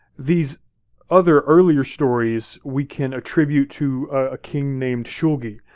these other earlier stories, we can attribute to a king named shulgi,